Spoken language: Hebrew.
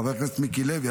חבר הכנסת מיקי לוי,